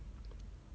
but